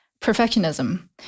Perfectionism